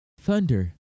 thunder